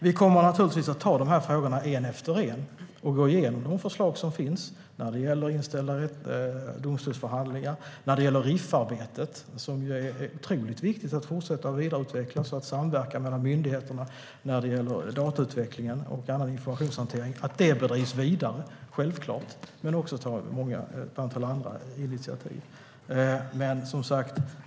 Vi kommer naturligtvis att beta av de här frågorna en efter en och gå igenom de förslag som finns när det gäller inställda domstolsförhandlingar. Det gäller också RIF-arbetet som är otroligt viktigt att fortsätta att vidareutveckla så att samverkansarbetet ökar mellan myndigheter om datautveckling och annan informationshantering. Det är självklart att detta arbete ska drivas vidare. Vi ska också ta en del andra initiativ.